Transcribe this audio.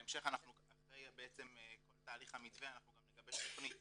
ובהמשך אחרי כל תהליך המתווה אנחנו גם נגבש תכנית